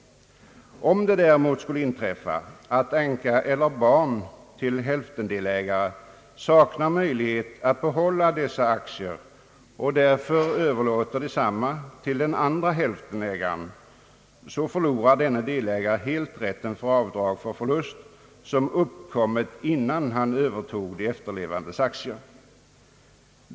Om det däremot skulle inträffa att änka eller barn till hälftendelägare saknar möjlighet att behålla aktierna och därför överlåter desamma till den andre hälftenägaren, så förlorar denne delägare helt rätten till avdrag för förlust som har uppkommit innan han övertog de efterlevandes aktier.